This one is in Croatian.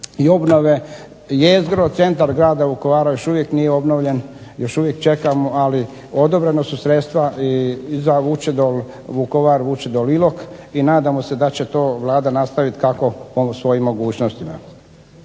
i obnove, jezgru centar grada Vukovara još uvijek nije obnovljen, još uvijek čekamo, ali odobrena su sredstva i za Vučedol, Vukovar, Vučedol, Ilok, i nadamo se da će to Vlada nastaviti kako svojim mogućnostima.